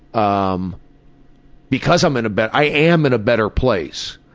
um because i'm in a better i am in a better place,